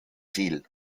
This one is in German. ziel